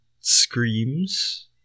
screams